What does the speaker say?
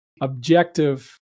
objective